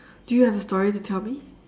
do you have a story to tell me